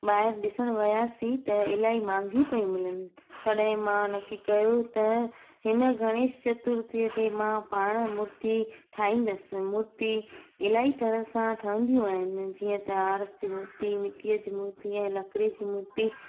ॿाहिरि ॾिसणु वियासीं त इलाही महांगियूं पियूं मिलनि तॾहिं मां नक्की कयो त हिन गणेश चतुर्थीअ ते मां पाण मूर्ती ठाहींदसि मूर्ती इलाही तरह सां ठहंदियूं आहिनि जीअं आर एस जी मूर्ती मिटीअ जी मूर्ती लकिड़ी जी मूर्ती